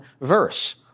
verse